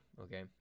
okay